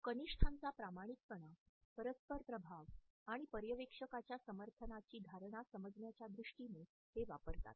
कनिष्ठांचा प्रामाणिकपणा परस्पर प्रभाव आणि पर्यवेक्षकाच्या समर्थनाची धारणा समजण्याच्या दृष्टीने हे वापरतात